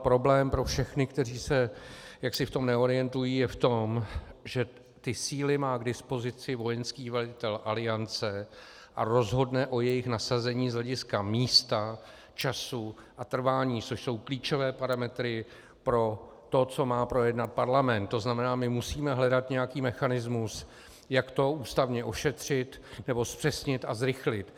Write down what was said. Problém pro všechny, kteří se v tom jaksi neorientují, je v tom, že ty síly má k dispozici vojenský velitel Aliance a rozhodne o jejich nasazení z hlediska místa, času a trvání, což jsou klíčové parametry pro to, co má projednat parlament, to znamená, musíme hledat nějaký mechanismus, jak to ústavně ošetřit nebo zpřesnit a zrychlit.